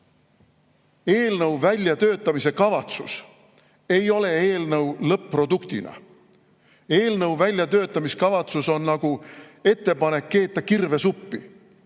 eelnõu väljatöötamise kavatsus ei ole sama mis eelnõu lõpp-produkt. Eelnõu väljatöötamise kavatsus on nagu ettepanek keeta kirvesuppi.